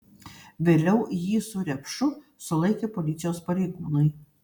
vėliau jį su repšu sulaikė policijos pareigūnai